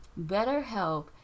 BetterHelp